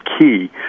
key